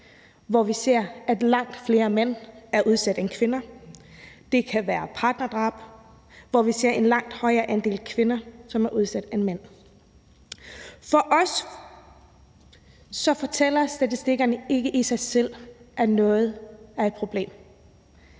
hvor vi ser, at langt flere mænd er udsat end kvinder. Det kan være partnerdrab, hvor vi ser en langt højere andel af kvinder, som er udsat, end mænd. For os fortæller statistikkerne ikke i sig selv, at noget er et problem.